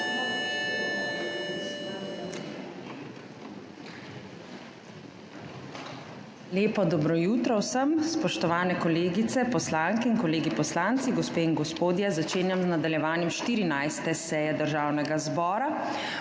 Lepo dobro jutro vsem, spoštovane kolegice poslanke in kolegi poslanci, gospe in gospodje! Začenjam z nadaljevanjem 14. seje Državnega zbora.